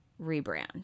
rebrand